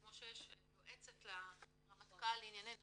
כמו שיש יועצת לרמטכ"ל לענייני נשים,